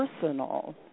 personal